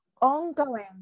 ongoing